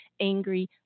angry